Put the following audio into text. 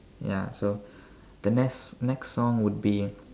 ya so the next next song would be